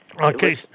Okay